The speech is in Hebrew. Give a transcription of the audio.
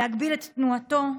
להגביל את תנועתו,